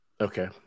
okay